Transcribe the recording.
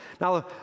Now